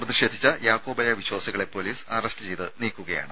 പ്രതിഷേധിച്ച യാക്കോബായ വിശ്വാസികളെ പൊലീസ് അറസ്റ്റ് ചെയ്ത് നീക്കുകയാണ്